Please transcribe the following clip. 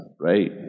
right